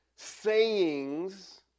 sayings